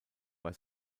bei